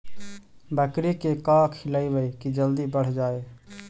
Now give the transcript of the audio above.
बकरी के का खिलैबै कि जल्दी बढ़ जाए?